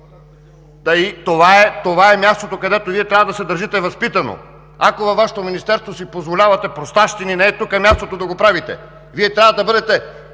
Това е мястото, където Вие трябва да се държите възпитано! Ако във Вашето министерство си позволявате простащини, не е тук мястото да го правите! Вие трябва да бъдете